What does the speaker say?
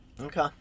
Okay